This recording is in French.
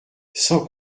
sans